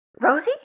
Rosie